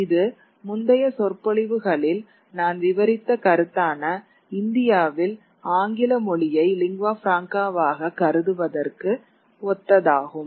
இது முந்தைய சொற்பொழிவுகளில் நான் விவரித்த கருத்தான இந்தியாவில் ஆங்கில மொழியை லிங்வா பிராங்காவாக கருதுவதற்கு ஒத்ததாகும்